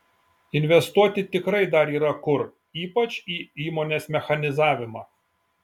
investuoti tikrai dar yra kur ypač į įmonės mechanizavimą